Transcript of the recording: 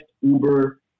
Uber